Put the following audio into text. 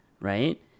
right